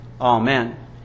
Amen